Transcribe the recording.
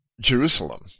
Jerusalem